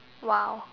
!wow!